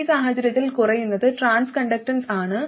ഈ സാഹചര്യത്തിൽ കുറയുന്നത് ട്രാൻസ് കണ്ടക്ടൻസ് ആണ്